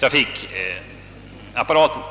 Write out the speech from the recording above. trafikväsendet.